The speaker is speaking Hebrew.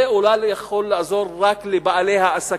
זה אולי יכול לעזור רק לבעלי העסקים,